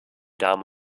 damen